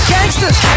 Gangsters